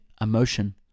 emotion